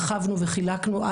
הרחבנו וחילקנו,